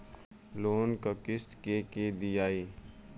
Loan क किस्त के के दियाई?